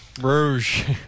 Rouge